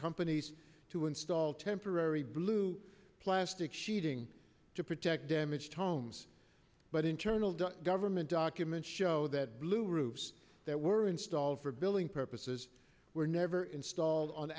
companies to install temporary blue plastic sheeting to protect damaged homes but internal the government documents show that blue roofs that were installed for building purposes were never installed on